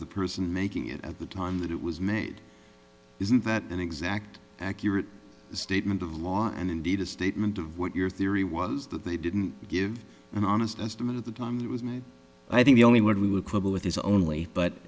the person making it at the time that it was made isn't that an exact accurate statement of law and indeed a statement of what your theory was that they didn't give an honest estimate at the time it was made i think the only word we would quibble with is only but